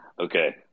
Okay